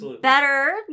Better